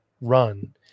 run